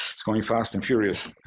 it's going fast and furious